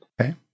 Okay